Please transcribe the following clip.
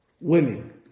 Women